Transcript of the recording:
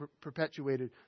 perpetuated